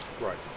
right